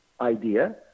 idea